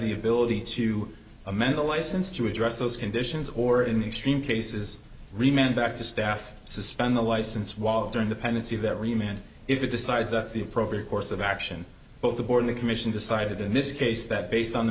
the ability to amend the license to address those conditions or in extreme cases remained back to staff suspend the license while during the pendency of every man if he decides that's the appropriate course of action but the board the commission decided in this case that based on the